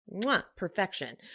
perfection